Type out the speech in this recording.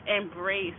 embrace